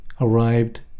arrived